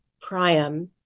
Priam